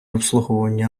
обслуговування